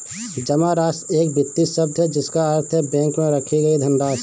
जमा राशि एक वित्तीय शब्द है जिसका अर्थ है बैंक में रखी गई धनराशि